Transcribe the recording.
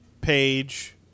Page